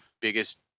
biggest